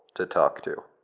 to talk to.